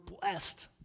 blessed